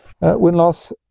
win-loss